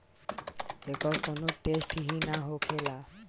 एकर कौनो टेसट ही ना होखेला